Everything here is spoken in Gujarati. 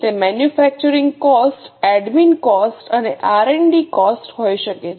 તે manufacturing cost admin cost R અને ડી કોસ્ટ હોઈ શકે છે